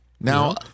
Now